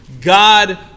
God